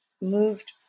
moved